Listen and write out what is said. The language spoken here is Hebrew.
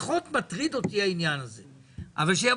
פחות מטריד אותי העניין הזה.